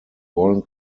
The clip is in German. wollen